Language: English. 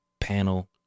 panel